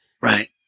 Right